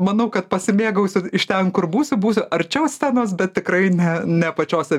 manau kad pasimėgausiu iš ten kur būsiu būsiu arčiau scenos bet tikrai ne ne pačiose